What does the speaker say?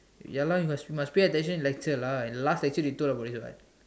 ya lah you must must pay attention in lecture lah in last lecture they told about this what